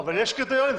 אבל יש 'קריטריונים.